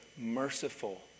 Merciful